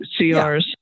CRs